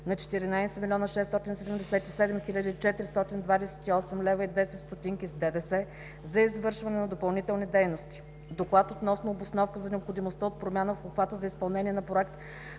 на 14 млн. 677 428.10 лева с ДДС за извършването на допълнителни дейности; - Доклад относно обосновка за необходимостта от промяна в обхвата за изпълнение на проект